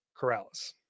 Corrales